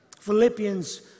Philippians